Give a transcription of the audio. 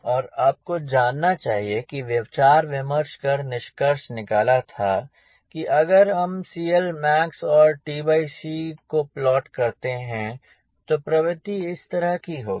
और आपको जानना चाहिए कि विचार विमर्श कर निष्कर्ष निकाला था की अगर हम CLmax और को प्लाट करते हैं तो प्रवृत्ति इस तरह की होगी